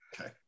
Okay